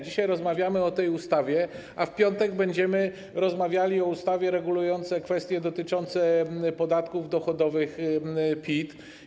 Dzisiaj rozmawiamy o tej ustawie, a w piątek będziemy rozmawiali o ustawie regulującej kwestie dotyczące podatków dochodowych PIT.